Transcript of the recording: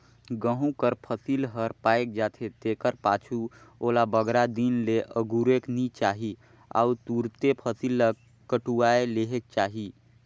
गहूँ कर फसिल हर पाएक जाथे तेकर पाछू ओला बगरा दिन ले अगुरेक नी चाही अउ तुरते फसिल ल कटुवाए लेहेक चाही